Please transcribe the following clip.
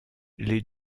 les